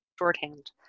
shorthand